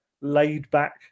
laid-back